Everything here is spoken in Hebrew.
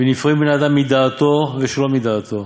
ונפרעין מן האדם מדעתו ושלא מדעתו,